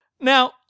Now